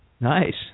Nice